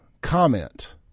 comment